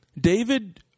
David